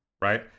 right